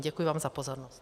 Děkuji vám za pozornost.